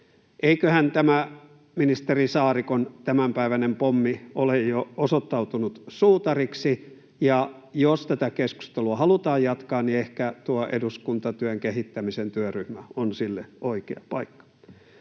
Eiköhän tämä ministeri Saarikon tämänpäiväinen pommi ole jo osoittautunut suutariksi, ja jos tätä keskustelua halutaan jatkaa, niin ehkä tuo eduskuntatyön kehittämisen työryhmä on sille oikea paikka.